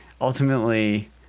ultimately